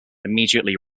immediately